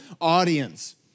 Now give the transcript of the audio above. audience